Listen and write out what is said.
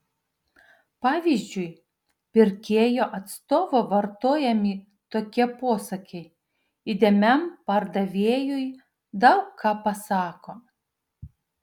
pavyzdžiui pirkėjo atstovo vartojami tokie posakiai įdėmiam pardavėjui daug ką pasako